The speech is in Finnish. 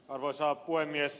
arvoisa puhemies